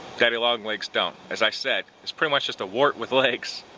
daddy long legs don't. as i said, it's pretty much just a wart with legs.